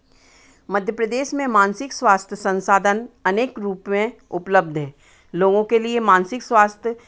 मध्य प्रदेश में मानसिक स्वास्थ्य संसाधन अनेक रूप में उपलब्ध हैं लोगों के लिए मानसिक स्वास्थ्य